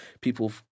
people